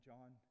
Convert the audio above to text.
John